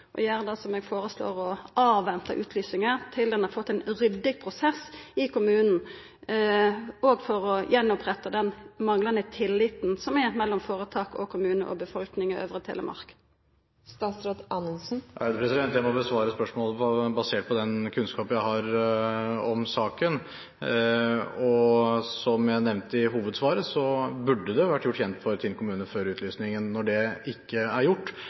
som eg føreslår, å venta med utlysinga til ein har fått ein ryddig prosess i kommunen og for å gjenoppretta den manglande tilliten som er mellom foretak, kommune og befolkning i Øvre Telemark. Jeg må besvare spørsmålet basert på den kunnskap jeg har om saken. Som jeg nevnte i hovedsvaret, burde det vært gjort kjent for Tinn kommune før utlysningen. Når det ikke er gjort,